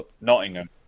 Nottingham